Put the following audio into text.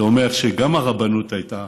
זה אומר שגם הרבנות הייתה